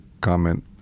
comment